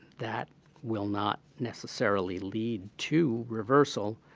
that will not necessarily lead to reversal,